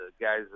guys